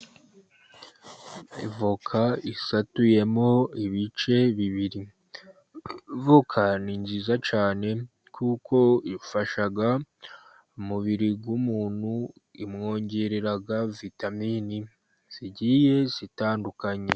Ivoka isatuyemo ibice bibiri, voka ni nziza cyane kuko ifasha umubiri w'umuntu kumwongerera vitamine zigiye zitandukanye.